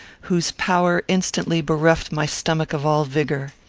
whose power instantly bereft my stomach of all vigour.